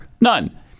None